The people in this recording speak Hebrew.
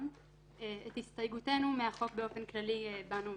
את הסתייגותנו מהחוק באופן כללי הבענו מקודם.